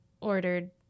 ordered